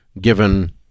given